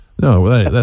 No